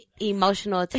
emotional